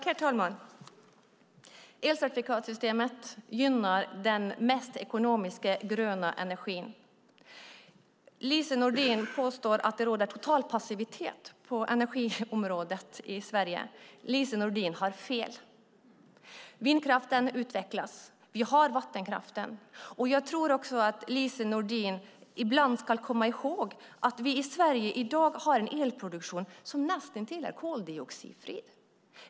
Herr talman! Elcertifikatssystemet gynnar den mest ekonomiska gröna energin. Lise Nordin påstår att det råder total passivitet på energiområdet i Sverige. Lise Nordin har fel. Vindkraften utvecklas. Vi har vattenkraften. Lise Nordin ska också komma ihåg att vi i Sverige i dag har en elproduktion som är näst intill koldioxidfri.